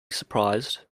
surprised